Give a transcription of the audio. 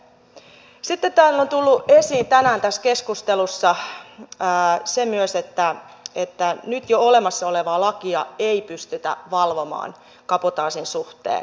sitten täällä on tullut esiin tänään tässä keskustelussa myös se että nyt jo olemassa olevaa lakia ei pystytä valvomaan kabotaasin suhteen